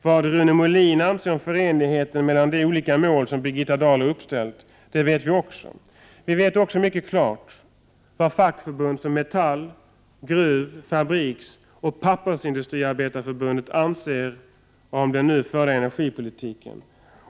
Vad Rune Molin anser om förenligheten mellan de olika mål som Birgitta Dahl har uppställt, det vet vi också. Vi vet också mycket klart vad fackförbund som Metall, Gruv, Fabriks och Pappersindustriarbetarförbundet anser om den nu förda energipolitiken.